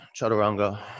Chaturanga